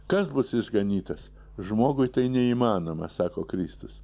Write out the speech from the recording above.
kas bus išganytas žmogui tai neįmanoma sako kristus